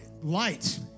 light